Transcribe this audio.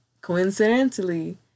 coincidentally